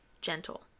gentle